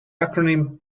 acronym